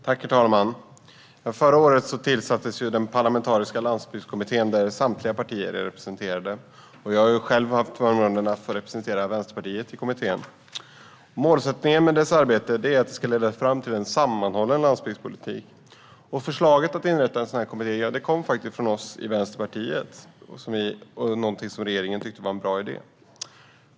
Herr talman! Förra året tillsattes den parlamentariska landsbygdskommitté där samtliga partier är representerade. Jag har själv fått förmånen att representera Vänsterpartiet i kommittén. Målsättningen med dess arbete är att det ska leda fram till en sammanhållen landsbygdspolitik. Förslaget att inrätta en landsbygdskommitté kom från oss i Vänsterpartiet, och regeringen tyckte att det var en bra idé.